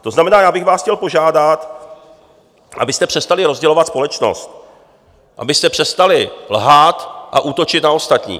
To znamená, já bych vás chtěl požádat, abyste přestali rozdělovat společnost, abyste přestali lhát a útočit na ostatní.